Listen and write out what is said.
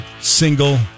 single